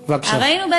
ראינו,